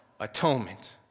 atonement